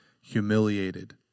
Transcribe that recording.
humiliated